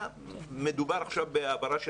מדובר עכשיו בהעברה של